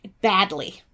badly